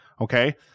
okay